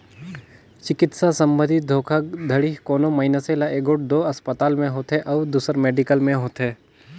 चिकित्सा संबंधी धोखाघड़ी कोनो मइनसे ल एगोट दो असपताल में होथे अउ दूसर मेडिकल में होथे